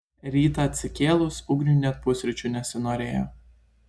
rytą atsikėlus ugniui net pusryčių nesinorėjo